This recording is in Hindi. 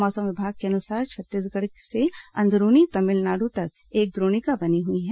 मौसम विभाग के अनुसार छत्तीसगढ़ से अंदरूनी तमिलनाडु तक एक द्रोणिका बनी हुई है